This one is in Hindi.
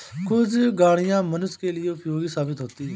कुछ गाड़ियां मनुष्यों के लिए उपयोगी साबित होती हैं